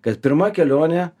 kad pirma kelionė